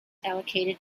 allocated